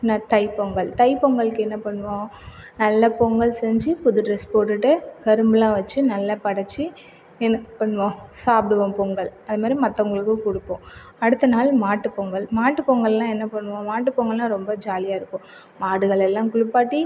தைப்பொங்கல் தைப்பொங்கலுக்கு என்ன பண்ணுவோம் நல்ல பொங்கல் செஞ்சு புது ட்ரஸ் போட்டுகிட்டு கரும்புலாம் வச்சு நல்லா படைச்சு என்ன பண்ணுவோம் சாப்பிடுவோம் பொங்கல் அது மாதிரி மற்றவங்களுக்கும் கொடுப்போம் அடுத்த நாள் மாட்டு பொங்கல் மாட்டு பொங்கல்னால் என்ன பண்ணுவோம் மாட்டு பொங்கல்னால் ரொம்ப ஜாலியாக இருக்கும் மாடுகள் எல்லாம் குளிப்பாட்டி